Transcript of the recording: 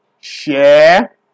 share